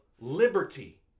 liberty